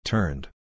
Turned